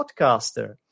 podcaster